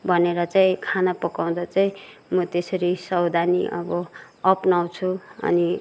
भनेर चाहिँ खाना पकाउँदा चाहिँ म त्यसरी सवधानी अब अपनाउँछु अनि